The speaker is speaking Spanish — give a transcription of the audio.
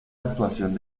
actuación